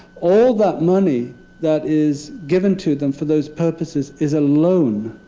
all that money that is given to them for those purposes is a loan.